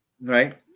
right